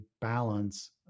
balance